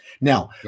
now